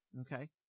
Okay